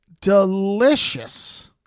delicious